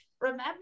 Remember